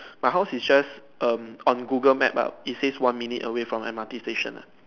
my house is just um on Google map lah it says one minute away from M_R_T station lah